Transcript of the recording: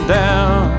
down